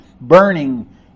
burning